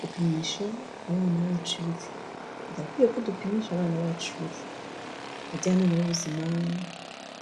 Gupimisha abana bacu ibiro, birakwiye ko dupimisha abana bacu ibiro, abajyanama b'ubuzima,